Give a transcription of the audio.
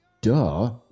duh